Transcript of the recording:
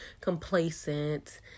complacent